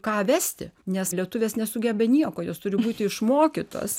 ką vesti nes lietuvės nesugeba nieko jos turi būti išmokytos